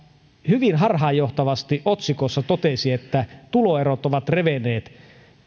hyvin harhaanjohtavasti otsikossa todettiin että tuloerot ovat revenneet